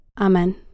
Amen